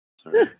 Sorry